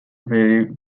very